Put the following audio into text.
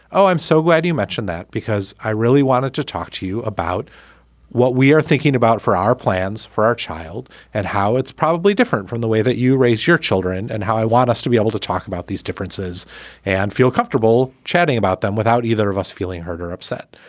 oh, i'm so glad you mentioned that, because i really wanted to talk to you about what we are thinking about for our plans for our child and how it's probably different from the way that you raise your children and how i want us to be able to talk about these differences and feel comfortable chatting about them without either of us feeling hurt or upset.